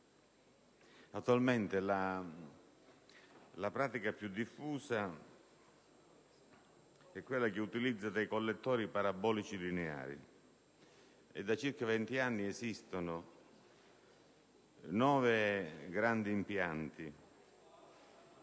Attualmente, la pratica più diffusa è quella che utilizza dei collettori parabolici lineari. Da circa 20 anni sono in esercizio nove grandi impianti